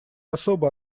особо